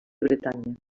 bretanya